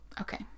Okay